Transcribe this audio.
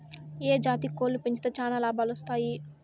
ఏ జాతి కోళ్లు పెంచితే చానా లాభాలు వస్తాయి?